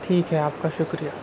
ٹھیک ہے آپ کا شکریہ